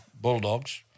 bulldogs